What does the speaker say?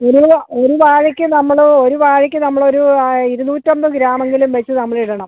ഒരു ഒരു വാഴയ്ക്ക് നമ്മൾ ഒരു വാഴയ്ക്ക് നമ്മളൊരു ഇരുന്നൂറ്റമ്പത് ഗ്രാമെങ്കിലും വെച്ച് നമ്മളിടണം